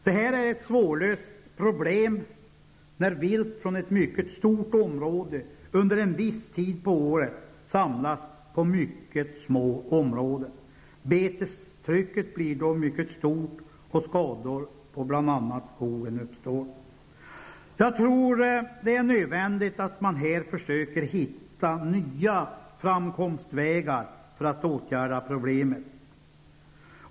Det är ett svårlöst problem, när vilt från ett mycket stort område under en viss tid på året samlas på mycket små områden. Betestrycket blir då mycket stort, och skador på bl.a. skogen uppstår. Jag tror att det är nödvändigt att man här försöker hitta nya framkomstvägar för att åtgärda problemet.